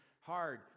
hard